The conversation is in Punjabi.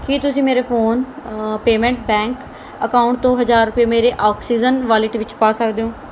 ਕੀ ਤੁਸੀਂ ਮੇਰੇ ਫੋਨ ਪੇਮੈਂਟ ਬੈਂਕ ਅਕਾਊਂਟ ਤੋਂ ਹਜ਼ਾਰ ਰੁਪਏ ਮੇਰੇ ਆਕਸੀਜਨ ਵਾਲਿਟ ਵਿੱਚ ਪਾ ਸਕਦੇ ਓਂ